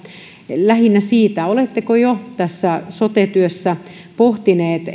lähinnä siitä oletteko jo tässä sote työssä pohtineet